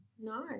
No